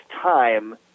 time